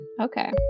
Okay